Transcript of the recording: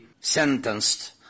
sentenced